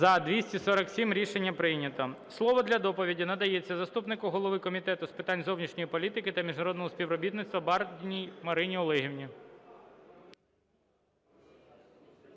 За-247 Рішення прийнято. Слово для доповіді надається заступнику голови Комітету з питань зовнішньої політики та міжнародного співробітництва Бардіній Марині Олегівні.